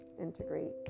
integrate